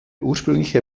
ursprüngliche